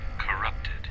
corrupted